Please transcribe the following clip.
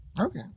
Okay